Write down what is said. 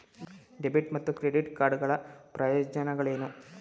Debit ಮತ್ತು credit card ಗಳ ಪ್ರಯೋಜನಗಳೇನು?